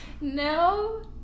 No